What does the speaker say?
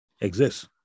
exists